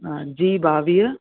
हा जी ॿावीह